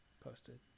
posted